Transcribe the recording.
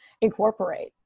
incorporate